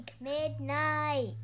Midnight